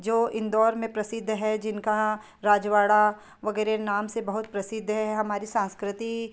जो इंदौर में प्रसिद्ध है जिनका रजवाड़ा वग़ैरह नाम से बहुत प्रसिद्ध है हमारी संस्कृति